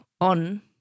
on